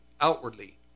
outwardly